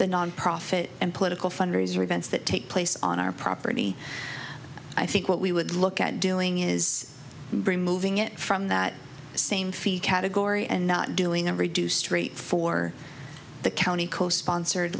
the nonprofit and political fundraiser events that take place on our property i think what we would look at doing is bring moving it from that same field category and not doing a reduced rate for the county co sponsored